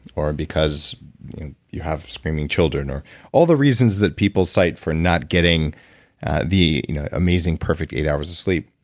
or because you have screaming children, or all the reasons that people cite for not getting the amazing, perfect eight hours of sleep.